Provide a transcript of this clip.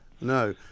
No